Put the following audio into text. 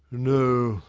no,